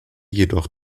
jedoch